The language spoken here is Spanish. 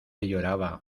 lloraba